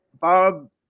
Bob